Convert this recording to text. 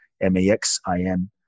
M-A-X-I-M